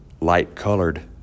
light-colored